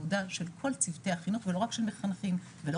עבודה של כל צוותי החינוך ולא רק של מחנכים ולא